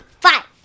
Five